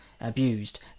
abused